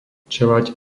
čeľaď